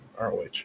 ROH